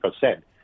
percent